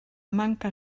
manca